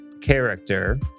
character